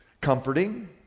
comforting